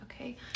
okay